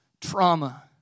trauma